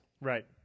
Right